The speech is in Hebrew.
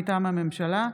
מטעם הממשלה: